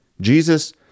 Jesus